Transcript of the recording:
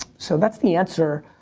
so that's the answer.